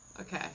Okay